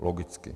Logicky.